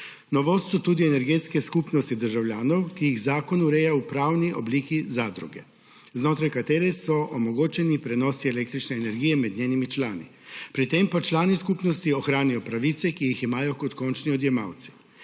Novost so tudi energetske skupnosti državljanov, ki jih zakon ureja v pravni obliki zadruge, znotraj katere so omogočeni prenosi električne energije med njenimi člani, pri tem pa člani skupnosti ohranijo pravice, ki jih imajo kot končni odjemalci.